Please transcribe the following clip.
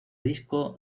disco